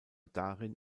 darin